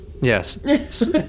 Yes